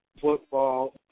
football